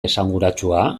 esanguratsua